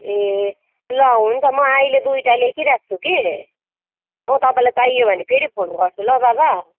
ए ल हुन्छ म अहिले दुईवटा लेखिराख्छु कि म तपाईँलाई चाहियो भने फेरि फोन गर्छु ल बाबा